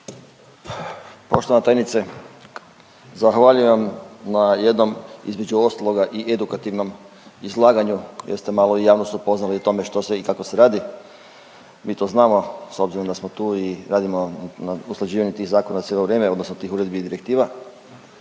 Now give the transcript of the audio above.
Poštovana tajnice zahvaljujem vam na jednom, između ostaloga i edukativnom izlaganju jer ste malo i javnost upoznali o tome što se i kako se to radi, mi to znamo s obzirom da smo tu i radimo na usklađivanju tih zakona cijelo vrijeme odnosno tih uredbi i direktiva